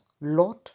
Lord